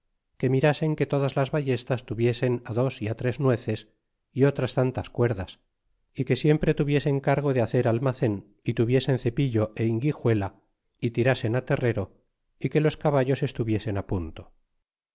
que mirasen que todas las ballestas tuviesen dos y tres nueces é otras tantas cuerdas é te siempre tuviesen cargo de hacer almacen y tuviesen cepillo é inguijuela y tirasen terrero y que los caballos estuviesen punto